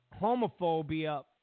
homophobia